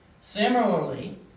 Similarly